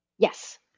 Yes